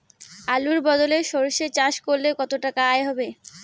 আলুর বদলে সরষে চাষ করলে কতটা আয় হবে?